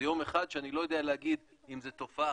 זה יום אחד שאני לא יודע להגיד אם זה תופעה